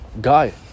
guy